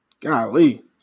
Golly